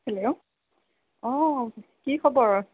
hello অ কি খবৰ